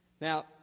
Now